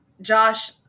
Josh